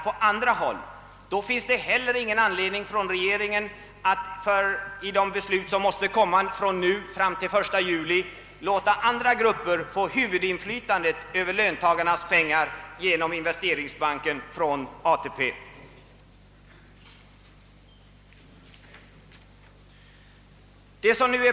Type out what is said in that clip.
Då har regeringen inte heller anledning att i de beslut som måste fattas fram till den 1 juli låta andra grupper få huvudinflytandet över löntagarnas pengar från ATP-fonden genom investeringsbanken.